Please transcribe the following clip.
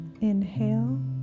Inhale